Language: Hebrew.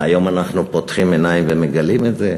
מה, היום אנחנו פותחים עיניים ומגלים את זה?